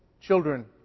children